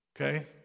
Okay